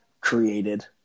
created